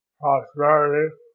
prosperity